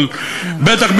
אבל בטח,